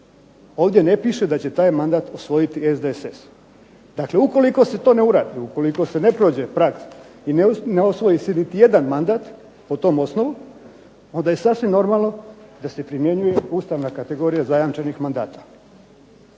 Ovdje ne piše da će taj mandat osvojiti SDSS. Dakle, ukoliko se to ne uradi, ukoliko se ne prođe prag i ne osvoji se niti jedan mandat po tom osnovu onda je sasvim normalno da se primjenjuje ustavna kategorija zajamčenih mandata